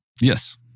Yes